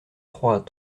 trois